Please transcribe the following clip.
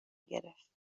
گرفت